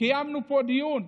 קיימנו פה דיון.